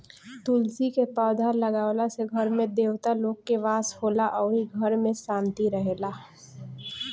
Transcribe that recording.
तुलसी के पौधा लागावला से घर में देवता लोग के वास होला अउरी घर में भी शांति रहेला